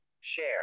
Share